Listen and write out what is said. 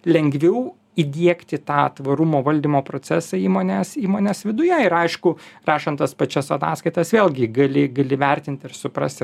lengviau įdiegti tą tvarumo valdymo procesą įmonės įmonės viduje ir aišku rašant tas pačias ataskaitas vėlgi gali gali vertinti ir suprasti